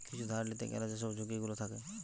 কিছু ধার লিতে গ্যালে যেসব ঝুঁকি গুলো থাকে